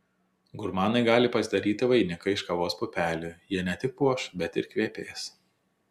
gurmanai gali pasidaryti vainiką iš kavos pupelių ji ne tik puoš bet ir kvepės